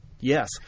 Yes